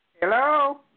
Hello